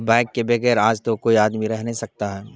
bike کے بغیر آج تو کوئی آدمی رہ نہیں سکتا ہے